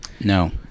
No